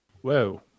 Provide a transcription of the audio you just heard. Whoa